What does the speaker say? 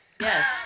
Yes